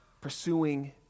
pursuing